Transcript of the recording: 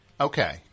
Okay